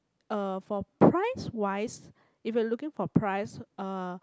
uh for price wise if you looking for price uh